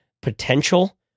potential